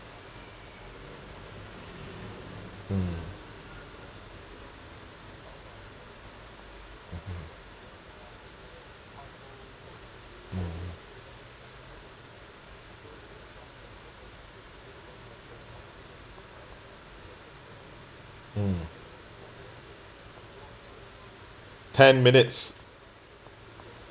hmm mmhmm hmm hmm ten minutes